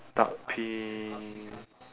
dark pink